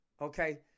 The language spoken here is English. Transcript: Okay